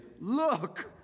look